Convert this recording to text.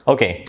Okay